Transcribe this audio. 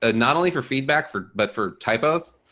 ah not only for feedback for but for typos,